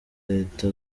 leta